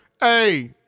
Hey